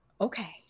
okay